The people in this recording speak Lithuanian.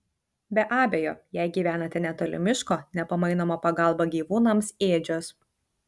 be abejo jei gyvenate netoli miško nepamainoma pagalba gyvūnams ėdžios